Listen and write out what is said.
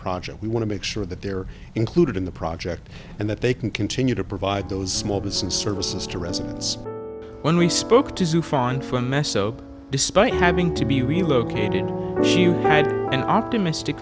project we want to make sure that they're included in the project and that they can continue to provide those small business services to residents when we spoke to soufan for meso despite having to be relocated you had an optimistic